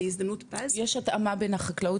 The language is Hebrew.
זה הזדמנות פז -- יש התאמה בין החקלאות